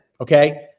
okay